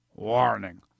Warning